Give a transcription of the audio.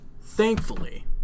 thankfully